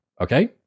Okay